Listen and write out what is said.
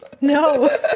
No